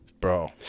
bro